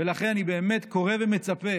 ולכן אני קורא ומצפה